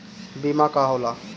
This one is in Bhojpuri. बीमा का होला?